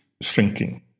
shrinking